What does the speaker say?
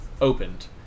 opened